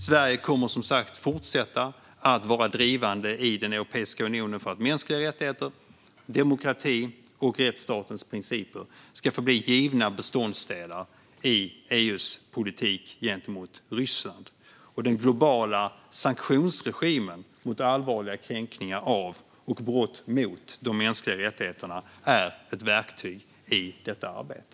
Sverige kommer som sagt att fortsätta att vara drivande i Europeiska unionen för att mänskliga rättigheter, demokrati och rättsstatens principer ska förbli givna beståndsdelar i EU:s politik gentemot Ryssland. Och den globala sanktionsregimen mot allvarliga kränkningar av och brott mot de mänskliga rättigheterna är ett verktyg i detta arbete.